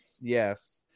Yes